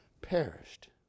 perished